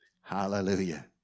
Hallelujah